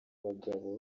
abagabo